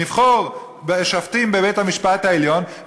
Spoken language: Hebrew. נבחר שופטים בבית-המשפט העליון,